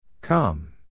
Come